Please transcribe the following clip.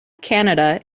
canada